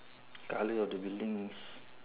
colour of the buildings